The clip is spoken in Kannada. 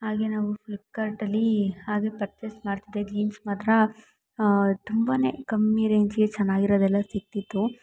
ಹಾಗೆ ನಾವು ಫ್ಲಿಪ್ಕಾರ್ಟಲ್ಲಿ ಹಾಗೆ ಪರ್ಚೇಸ್ ಮಾಡ್ತಿದ್ದೆ ಜೀನ್ಸ್ ಮಾತ್ರ ತುಂಬಾ ಕಮ್ಮಿ ರೇಂಜಿಗೆ ಚೆನ್ನಾಗಿರೋದೆಲ್ಲ ಸಿಗ್ತಿತ್ತು